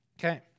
Okay